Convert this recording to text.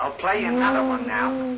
i'll play another one now